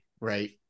right